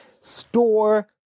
store